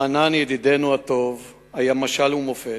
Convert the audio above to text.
רענן ידידנו הטוב היה משל ומופת,